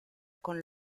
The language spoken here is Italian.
con